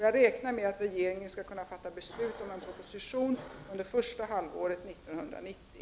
Jag räknar med att regeringen skall kunna fatta beslut om en proposition under första halvåret 1990.